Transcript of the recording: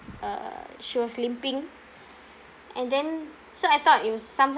uh she was sleeping and then so I thought it was sometimes